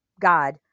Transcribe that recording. God